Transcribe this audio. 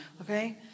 Okay